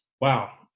wow